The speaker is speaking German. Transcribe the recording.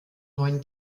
neun